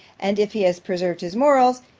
and if he has preserved his morals,